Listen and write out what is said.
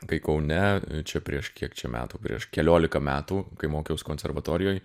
kai kaune čia prieš kiek čia metų prieš keliolika metų kai mokiaus konservatorijoj